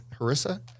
harissa